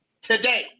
today